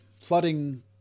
Flooding